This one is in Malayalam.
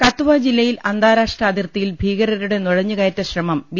കത്വവ ജില്ലയിൽ അന്താരാഷ്ട്ര അതിർത്തിയിൽ ഭീകരരുടെ നുഴഞ്ഞുകയറ്റ ശ്രമം ബി